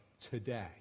today